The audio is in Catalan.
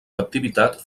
captivitat